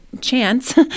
chance